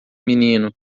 menino